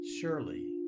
Surely